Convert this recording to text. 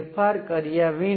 તેથી આપણી પાસે આ કેસ છે